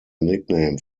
nickname